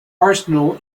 arsenal